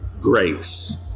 grace